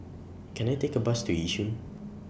Can I Take A Bus to Yishun